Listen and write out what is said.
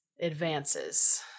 advances